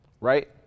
right